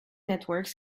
networks